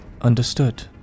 Understood